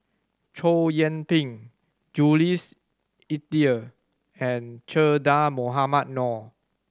Chow Yian Ping Jules Itier and Che Dah Mohamed Noor